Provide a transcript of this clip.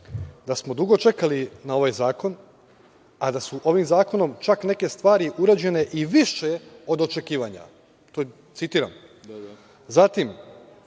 da smo dugo čekali na ovaj zakon, a da su ovim zakonom čak neke stvari urađene i više od očekivanja – citiram. Zatim,